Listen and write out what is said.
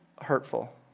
hurtful